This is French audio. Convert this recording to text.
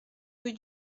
rue